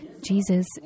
Jesus